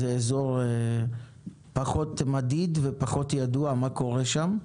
וזה אזור פחות מדיד ופחות ידוע מה קורה שם.